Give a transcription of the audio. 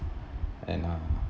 and uh